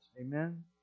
Amen